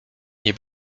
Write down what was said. nie